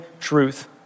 truth